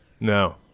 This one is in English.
no